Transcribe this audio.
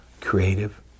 creative